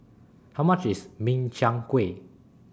How much IS Min Chiang Kueh